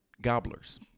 gobblers